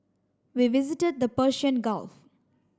we visited the Persian Gulf